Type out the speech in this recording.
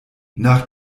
nach